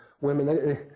women